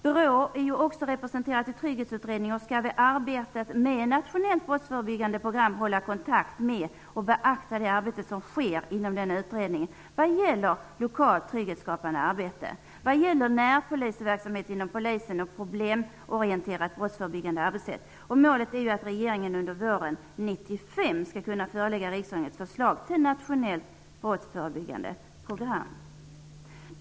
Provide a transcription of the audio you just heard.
BRÅ är ju också representerat i Trygghetsutredningen och skall vid arbetet med ett nationellt brottsförebyggande program hålla kontakt med och beakta det arbete som sker inom den utredningen vad gäller lokalt trygghetsskapande arbete, närpolisverksamhet och ett problemorienterat brottsförebyggande arbetssätt. Målet är att regeringen under våren 1995 skall kunna förelägga riksdagen ett förslag till ett nationellt brottsförebyggande program.